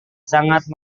sangat